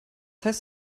heißt